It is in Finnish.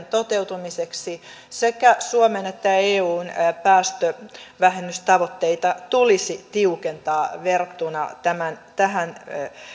toteutumiseksi sekä suomen että eun päästövähennystavoitteita tulisi tiukentaa verrattuna tähän